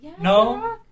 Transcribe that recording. No